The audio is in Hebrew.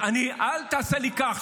--- אל תעשה לי כך.